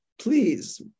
Please